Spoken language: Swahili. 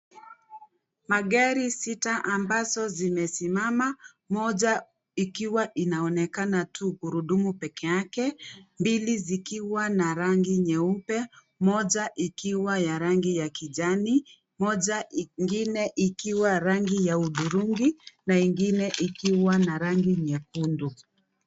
Magari sita ambazo zimesimama. Moja ikiwa inaonekana tu gurudumu pekee yake, mbili zikiwa na rangi nyeupe, moja ikiwa ya rangi ya kijani, ingine ikiwa rangi ya udhurungi na ingine ikiwa na rangi nyekundu.